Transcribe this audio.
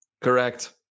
correct